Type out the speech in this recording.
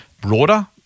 broader